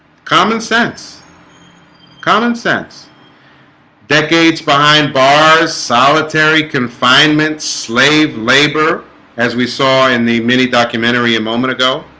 common sense common sense decades behind bars solitary confinement slave labor as we saw in the mini documentary a moment ago